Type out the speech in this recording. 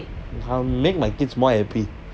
I'll make my kids more happy